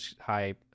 high